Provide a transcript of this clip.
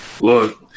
Look